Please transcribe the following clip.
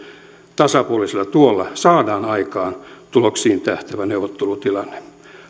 tasapuolisella tuella saadaan aikaan tuloksiin tähtäävä neuvottelutilanne